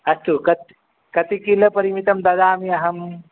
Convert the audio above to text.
अस्तु कत् कति किलोपरिमितं ददामि अहं